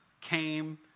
came